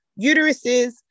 uteruses